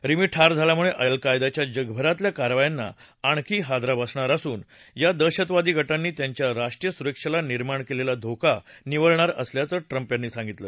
रिमी ठार झाल्यामुळे अल कायदाच्या जगभरातल्या कारवायांना आणखी हादरा बसणार असून या दहशतवादी ग िनी त्यांच्या राष्ट्रीय सुरक्षेला निर्माण केलेला धोका निवळणार असल्याचं ट्रंप यांनी सांगितलं